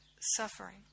suffering